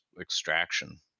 Extraction